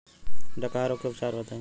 डकहा रोग के उपचार बताई?